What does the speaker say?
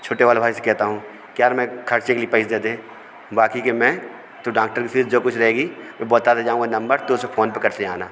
छोटे वाला भाई से कहता हूँ कि यार मैं खर्चे के लिए पैसे दे दे बाकी के मैं तू डाक्टर की फ़ीस जो कुछ रहेगी मैं बताते जाऊँगा नंबर तू उसे फ़ोनपे करते जाना